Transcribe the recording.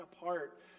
apart